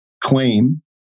claim